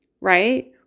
right